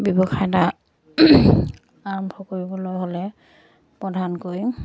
ব্যৱসায় এটা আৰম্ভ কৰিবলৈ হ'লে প্ৰধানকৈ